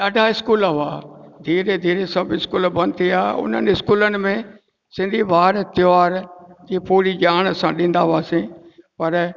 ॾाढा स्कूल हुआ धीरे धीरे सभु स्कूल बंदि थी विया उन्हनि स्कूलनि में सिंधी वार त्योहार जी पूरी ॼाणु असां ॾींदा हुआसीं पर